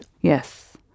Yes